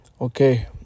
Okay